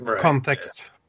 context